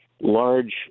large